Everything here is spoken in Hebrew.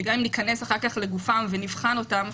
שגם אם ניכנס אחר כך לגופם ונבחן אותם,